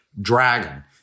dragon